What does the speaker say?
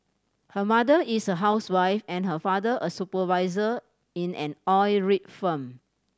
her mother is a housewife and her father a supervisor in an oil rig firm